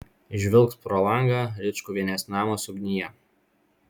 žvilgt pro langą ričkuvienės namas ugnyje